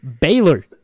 Baylor